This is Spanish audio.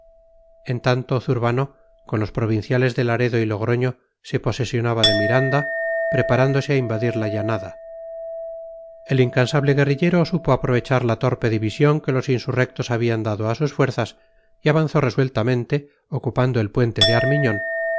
en tanto zurbano con los provinciales de laredo y logroño se posesionaba de miranda preparándose a invadir la llanada el incansable guerrillero supo aprovechar la torpe división que los insurrectos habían dado a sus fuerzas y avanzó resueltamente ocupando el puente de armiñón